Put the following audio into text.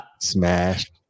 smashed